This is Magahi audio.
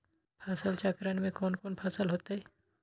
फसल चक्रण में कौन कौन फसल हो ताई?